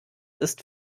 ist